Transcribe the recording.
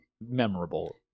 Memorable